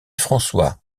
françois